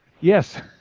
yes